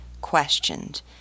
questioned